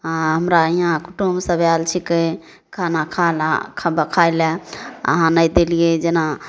आओर हमरा इहाँ कुटुमसब आएल छिकै खाना खाना खाइलए अहाँ नहि देलिए जेना